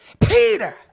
Peter